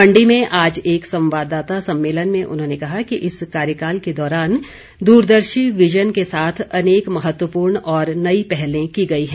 मण्डी में आज एक संवाददाता सम्मेलन में उन्होंने कहा कि इस कार्यकाल के दौरान दूरदर्शी विज़न के साथ अनेक महत्वपूर्ण और नई पहले की गई हैं